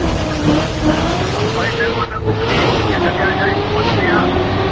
ᱦᱮᱸ ᱱᱚᱣᱟ ᱫᱚ ᱟᱹᱰᱤ ᱤᱭᱟᱹ ᱠᱟᱱ ᱜᱮᱭᱟ ᱥᱚᱢᱟᱡ ᱨᱮᱭᱟᱜ